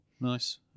nice